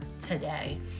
today